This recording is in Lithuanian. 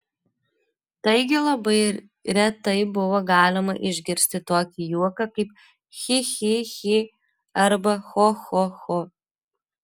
taigi labai retai buvo galima išgirsti tokį juoką kaip chi chi chi arba cho cho cho